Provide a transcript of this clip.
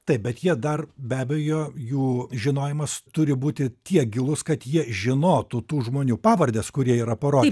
taip bet jie dar be abejo jų žinojimas turi būti tiek gilus kad jie žinotų tų žmonių pavardes kurie yra parodę